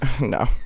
No